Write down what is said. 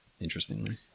interestingly